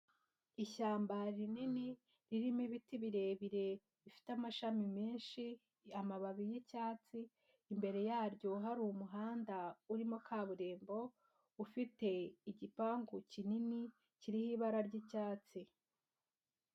Ishyamba rinini ririmo ibiti birebire bifite amashami menshi, amababi y'icyatsi, imbere yaryo hari umuhanda urimo kaburimbo ufite igipangu kinini kiriho ibara ry'icyatsi.